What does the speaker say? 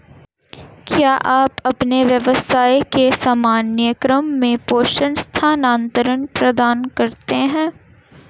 क्या आप अपने व्यवसाय के सामान्य क्रम में प्रेषण स्थानान्तरण प्रदान करते हैं?